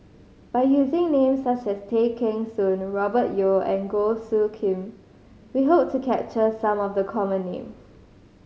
by using names such as Tay Kheng Soon Robert Yeo and Goh Soo Khim we hope to capture some of the common names